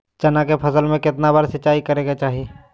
चना के फसल में कितना बार सिंचाई करें के चाहि?